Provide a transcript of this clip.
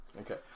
Okay